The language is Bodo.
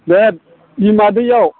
बे बिमादैयाव